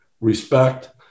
respect